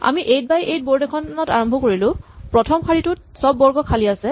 আমি eight by eight board এখনত আৰম্ভ কৰিলো প্ৰথম শাৰীটোত চব বৰ্গ খালী আছে